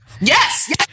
Yes